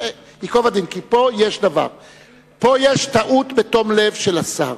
פה יש טעות בתום לב של השר.